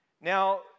Now